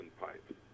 pipe